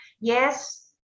Yes